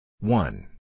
One